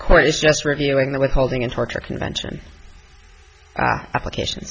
court is just reviewing the withholding in torture convention application